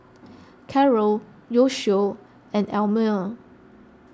Karel Yoshio and Elmire